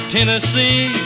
Tennessee